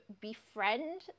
befriend